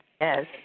Yes